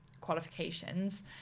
qualifications